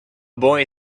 boy